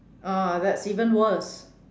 uh that's even worse